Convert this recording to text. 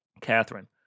Catherine